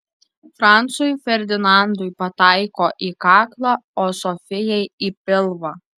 francui ferdinandui pataiko į kaklą o sofijai į pilvą